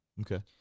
Okay